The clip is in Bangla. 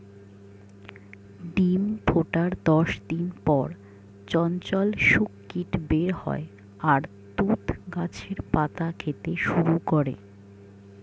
ডিম ফোটার দশ দিন পর চঞ্চল শূককীট বের হয় আর তুঁত গাছের পাতা খেতে শুরু করে থাকে